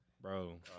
Bro